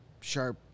Sharp